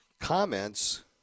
comments